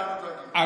לא,